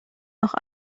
noch